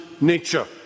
nature